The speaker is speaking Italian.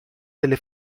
delle